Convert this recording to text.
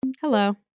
Hello